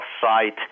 sight